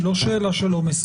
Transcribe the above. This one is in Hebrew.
היא לא שאלה של עומס.